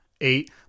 eight